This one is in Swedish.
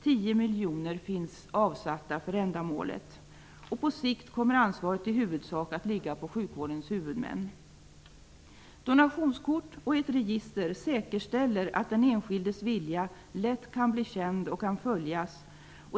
10 miljoner finns avsatta för ändamålet. På sikt kommer ansvaret i huvudsak att ligga på sjukvårdens huvudmän. Donationskort och ett register säkerställer att den enskildes vilja lätt kan bli känd och kan följas.